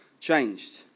changed